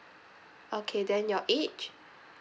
okay then your age